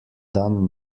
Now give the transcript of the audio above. dan